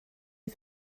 les